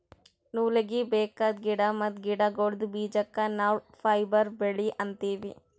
ನೂಲೀಗಿ ಬೇಕಾದ್ ಗಿಡಾ ಮತ್ತ್ ಗಿಡಗೋಳ್ದ ಬೀಜಕ್ಕ ನಾವ್ ಫೈಬರ್ ಬೆಳಿ ಅಂತೀವಿ